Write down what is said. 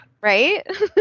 Right